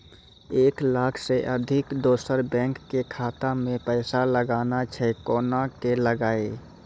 एक लाख से अधिक दोसर बैंक के खाता मे पैसा लगाना छै कोना के लगाए?